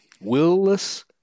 willless